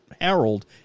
Harold